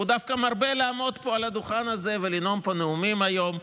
הוא דווקא מרבה לעמוד פה על הדוכן הזה ולנאום פה נאומים היום,